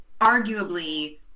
arguably